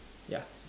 ya